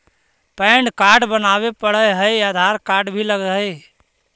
Pan card बनावे पडय है आधार कार्ड भी लगहै?